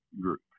group